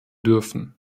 dürfen